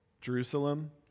Jerusalem